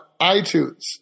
iTunes